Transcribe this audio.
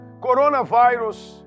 Coronavirus